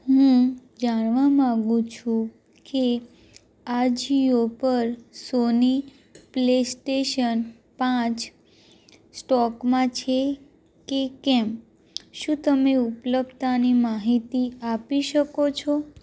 હું જાણવા માંગુ છું કે આજિયો પર સોની પ્લેસ્ટેશન પાંચ સ્ટોકમાં છે કે કેમ શું તમે ઉપલબ્ધતાની માહિતી આપી શકો છો